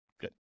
Good